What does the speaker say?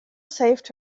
saved